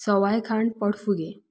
सवाय खाण पोटफुगें